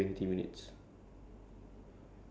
twenty minutes ah to Ang-Mo-Kio